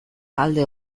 alde